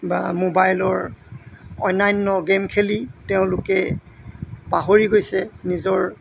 বা মোবাইলৰ অন্যান্য গেম খেলি তেওঁলোকে পাহৰি গৈছে নিজৰ